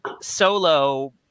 solo